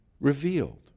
revealed